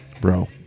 Bro